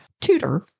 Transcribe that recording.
tutor